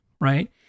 right